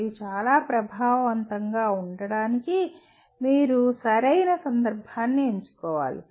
ఇది చాలా ప్రభావవంతంగా ఉండటానికి మీరు సరైన సందర్భాన్ని ఎంచుకోవాలి